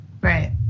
Right